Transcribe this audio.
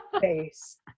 face